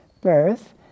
birth